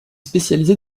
spécialisé